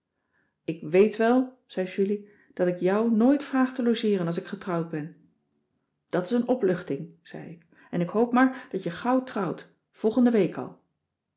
ik weet wel zei julie dat ik jou nooit vraag te logeeren als ik getrouwd ben dat is een opluchting zei ik en ik hoop maar dat je gauw trouwt volgende week al